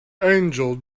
angel